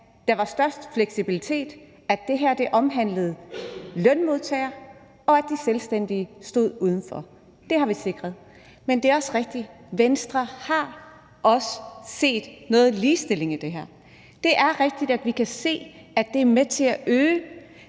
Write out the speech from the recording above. der var størst mulig fleksibilitet, at det her omhandlede lønmodtagere, og at de selvstændige stod udenfor. Det har vi sikret. Men det er også rigtigt, at Venstre har set noget ligestilling i det her. Det er rigtigt, at vi kan se, at det er med til at øge